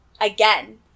Again